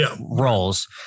roles